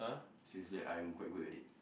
seriously I'm quite good at it